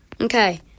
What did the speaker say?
Okay